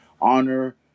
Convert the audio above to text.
Honor